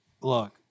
look